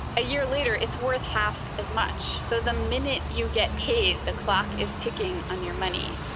a year later, it's worth half as much. so the minute you get paid, the clock is ticking on your money.